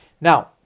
Now